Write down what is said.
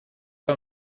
bei